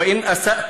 ומתרגמם)